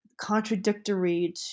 contradictory